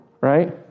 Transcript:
right